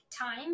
time